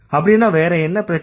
அப்படின்னா வேற என்ன பிரச்சனை